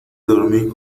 dormir